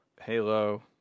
Halo